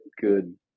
good